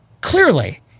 clearly